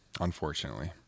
unfortunately